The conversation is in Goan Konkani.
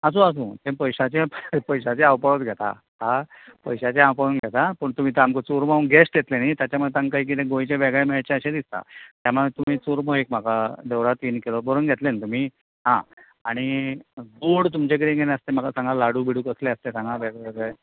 आसूं आसूं ते पयशांचें पयशांचें हांव पोंत घेता आं पयशांचें हांव पळोवन घेता पूण तुमी सामको चुरमो गॅश्ट येतले न्हय ताच्या मुळे तांकां कितें गोंयचें वेगळें मेळचें अशें दिसता तेमा तुमी चुरमो एक म्हाका दोन वा तीन किलो बरोवन घेतलें न्हय तुमी आं आनी गोड तुमच्या कडेन कितें आस तें म्हाका सांगां लाडू बिडू कसले आस तें सांगां वेगळ वेगळे